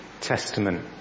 Testament